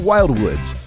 Wildwoods